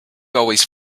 always